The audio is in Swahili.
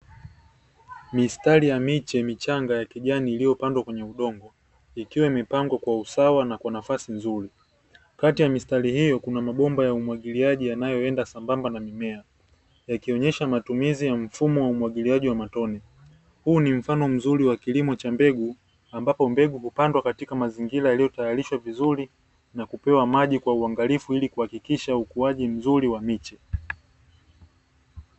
Mistari ya miche michanga ya kijani iliyopandwa kwenye udongo, ikiwa imepangwa kwa usawa na kwa nafasi nzuri. Kati ya mistari hiyo kuna mabomba ya umwagiliaji yanayoenda sambamba na mimea, yakionesha matumizi ya mfumo wa umwagiliaji wa matone. Huu ni mfano mzuri wa kilimo cha mbegu, ambapo mbegu hupandwa katika mazingira yaliyotayarishwa vizuri na kupewa maji kwa uangalifu ili kuhakikisha ukuaji mzuri wa miche.